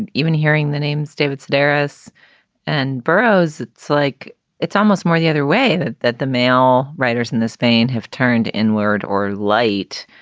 and even hearing the names david sedaris and burrowes, it's like it's almost more the other way that that the male writers in this vein have turned inward or light.